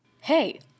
Hey